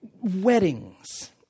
weddings